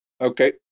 Okay